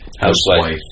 housewife